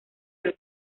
del